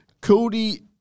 Cody